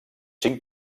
cinc